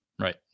right